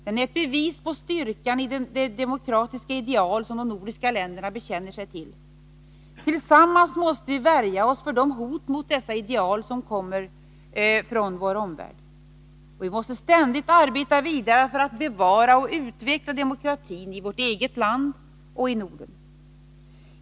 Den är ett bevis på styrkan i de demokratiska ideal som de nordiska länderna bekänner sig till. Tillsammans måste vi värja oss för de hot mot dessa ideal som kommer från vår omvärld. Men vi måste ständigt arbeta vidare för att bevara och utveckla demokratin i vårt eget land och i Norden.